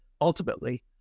ultimately